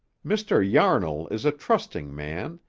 mr. yarnall is a trusting man.